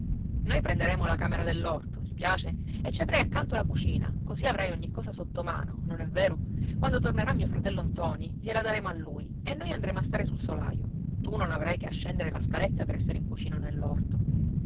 noi prenderemo la camera dell'orto ti piace e ci avrai accanto la cucina così avrai ogni cosa sotto la mano non è vero quando tornerà mio fratello ntoni gliela daremo a lui e noi andremo a stare sul solaio tu non avrai che a scendere la scaletta per essere in cucina